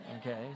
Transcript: okay